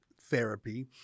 therapy